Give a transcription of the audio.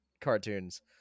cartoons